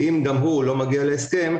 אם גם הוא לא מגיע להסכם,